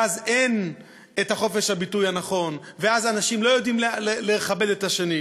ואז אין את חופש הביטוי הנכון ואז אנשים לא יודעים לכבד את האחר.